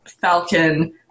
falcon